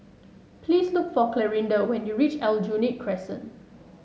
please look for Clarinda when you reach Aljunied Crescent